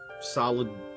solid